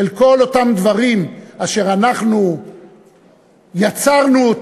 של כל אותם דברים אשר אנחנו יצרנו